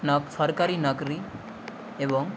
knock সরকারি নকরি এবং